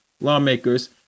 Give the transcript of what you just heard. lawmakers